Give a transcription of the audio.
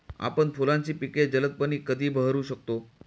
आपण फुलांची पिके जलदपणे कधी बहरू शकतो?